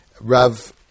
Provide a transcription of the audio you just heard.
Rav